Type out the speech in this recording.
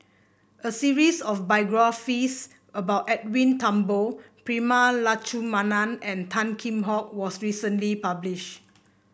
a series of biographies about Edwin Thumboo Prema Letchumanan and Tan Kheam Hock was recently publish